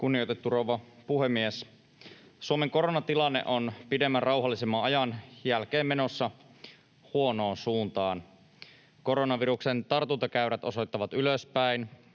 Kunnioitettu rouva puhemies! Suomen koronatilanne on pidemmän rauhallisemman ajan jälkeen menossa huonoon suuntaan. Koronaviruksen tartuntakäyrät osoittavat ylöspäin,